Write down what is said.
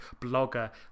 blogger